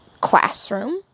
classroom